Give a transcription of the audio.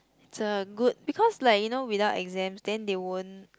it's a good because like you know without exams then they won't